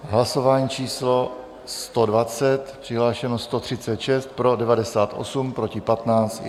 Hlasování číslo 120, přihlášeno 136, pro 98, proti 15.